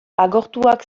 agortuak